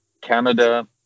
Canada